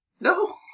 No